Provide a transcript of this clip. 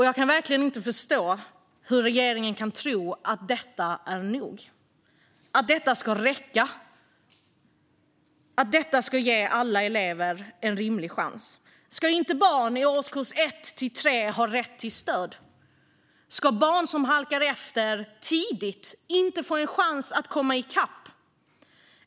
Jag kan verkligen inte förstå hur regeringen kan tro att detta är nog, att detta ska räcka och att detta ska ge alla elever en rimlig chans. Ska inte barn i årskurs 1-3 ha rätt att få stöd? Ska inte barn som halkar efter tidigt få en chans att komma i kapp?